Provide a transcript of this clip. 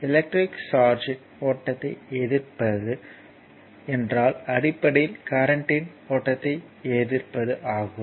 electric சார்ஜ்யின் ஓட்டத்தை எதிர்ப்பது என்றால் அடிப்படையில் கரண்ட்யின் ஓட்டத்தை எதிர்ப்பது ஆகும்